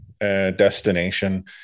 destination